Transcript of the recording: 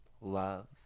love